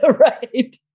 Right